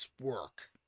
work